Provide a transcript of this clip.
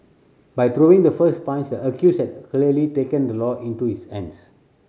by throwing the first punch the accused had clearly taken the law into his hands